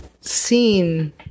seen